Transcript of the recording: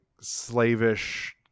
slavish